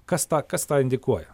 kas tą kas tą indikuoja